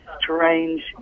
strange